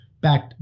back